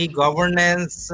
governance